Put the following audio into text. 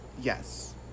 Yes